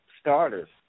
starters